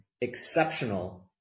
exceptional